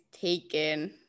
taken